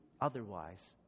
otherwise